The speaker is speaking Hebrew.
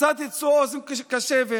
מצאתי אצלו אוזן קשבת,